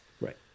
Right